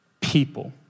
people